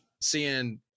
seeing